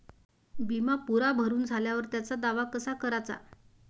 बिमा पुरा भरून झाल्यावर त्याचा दावा कसा कराचा?